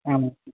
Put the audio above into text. आम्